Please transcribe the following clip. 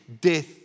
death